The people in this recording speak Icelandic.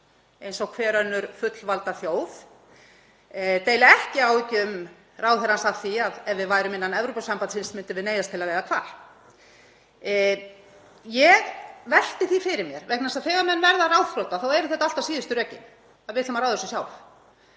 eins og hver önnur fullvalda þjóð. Ég deili ekki áhyggjum ráðherrans af því að ef við værum innan Evrópusambandsins myndum við neyðast til að veiða hval. Ég velti því fyrir mér, vegna þess að þegar menn verða ráðþrota eru þetta alltaf síðustu rökin, að við ætlum að ráða þessu sjálf: